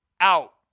out